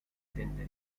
tende